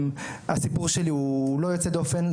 הסיפור שלי הוא לא יוצא דופן,